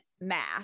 math